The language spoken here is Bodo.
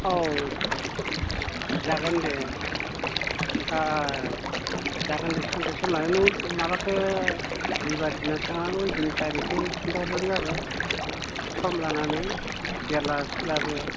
औ जागोन दे जागोन दे सानसे सम लानानै माबाखो जि दिनाव थांनांगौ ओइदिन थारिखखो खोन्थाहरब्लानो जाबाय सम लानानै जेब्ला सोलाबो